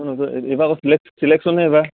এইবাৰ আকৌ চিলেকশ্যনহে এইবাৰ